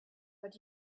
but